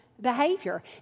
behavior